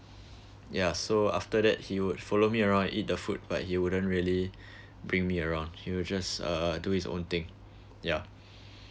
yeah so after that he would follow me around and eat the food but he wouldn't really bring me around he'll just uh do his own thing ya